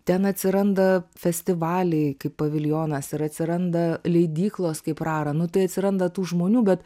ten atsiranda festivaliai kaip paviljonas ir atsiranda leidyklos kaip rara nu tai atsiranda tų žmonių bet